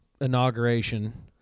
inauguration